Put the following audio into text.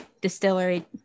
distillery